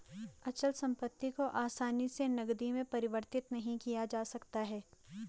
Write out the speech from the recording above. अचल संपत्ति को आसानी से नगदी में परिवर्तित नहीं किया जा सकता है